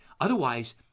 Otherwise